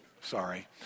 Sorry